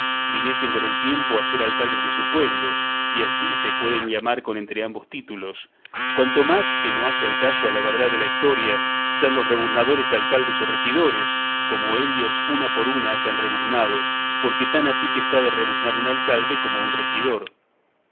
viniesen con el tiempo a ser alcaldes de su pueblo y así se pueden llamar con entrambos títulos cuanto más que no hace al caso a la verdad de la historia ser los rebuznadores alcaldes o regidores como ellos una por una hayan rebuznado porque tan a pique está de rebuznar un alcalde como un regidor